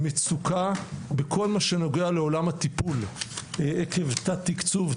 מצוקה בכל מה שנוגע לעולם הטיפול עקב תת תקצוב,